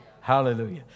Hallelujah